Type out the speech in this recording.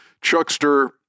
Chuckster